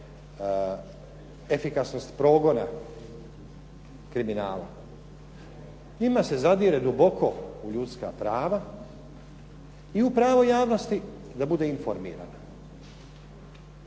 efikasnost progona kriminala. Njima se zadire duboko u ljudska prava i u pravo javnosti da bude informirano.